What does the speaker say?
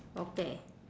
okay